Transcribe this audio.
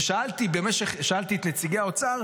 שאלתי את נציגי האוצר,